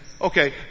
Okay